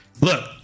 look